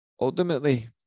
Ultimately